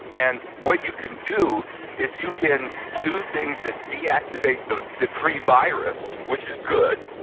and what you can do is you can do things that deactivate the the free virus, which is good.